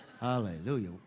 Hallelujah